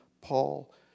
Paul